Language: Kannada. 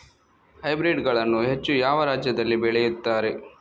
ಹೈಬ್ರಿಡ್ ಗಳನ್ನು ಹೆಚ್ಚು ಯಾವ ರಾಜ್ಯದಲ್ಲಿ ಬೆಳೆಯುತ್ತಾರೆ?